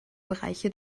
bereiche